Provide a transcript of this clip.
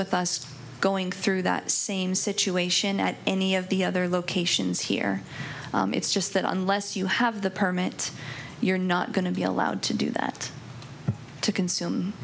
with us going through that same situation at any of the other locations here it's just that unless you have the permit you're not going to be allowed to do that to consume